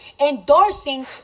Endorsing